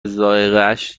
ذائقهاش